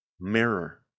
mirror